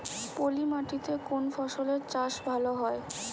পলি মাটিতে কোন ফসলের চাষ ভালো হয়?